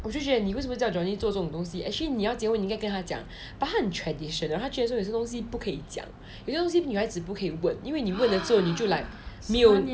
我就觉得你为什么叫 johnny 做这种东西 actually 你要结婚应该你跟他讲 but 她很 tradition 她觉得有些东西女孩子不可以讲女孩子不可以问因为你问了之后你就 like